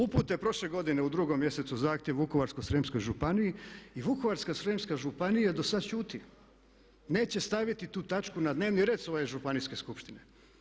Upute prošle godine u drugom mjesecu zahtjev Vukovarsko-srijemskoj županiji i Vukovarsko-srijemska županija dosad šuti, neće staviti tu točku na dnevni red svoje županijske skupštine.